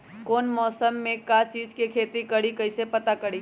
कौन मौसम में का चीज़ के खेती करी कईसे पता करी?